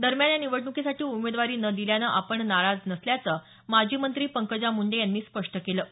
दरम्यान या निवडण्कीसाठी उमेदवारी न दिल्यानं आपण नाराज नसल्याचं माजी मंत्री पंकजा मुंडे यांनी स्पष्ट केलं आहे